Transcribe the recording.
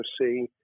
see